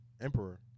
emperor